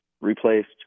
replaced